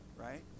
right